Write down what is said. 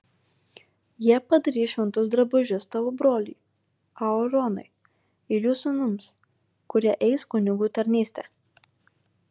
jie padarys šventus drabužius tavo broliui aaronui ir jo sūnums kurie eis kunigų tarnystę